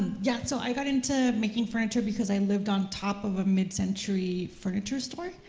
yeah, so i got into making furniture because i lived on top of a mid-century furniture store,